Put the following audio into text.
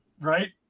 Right